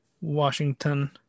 Washington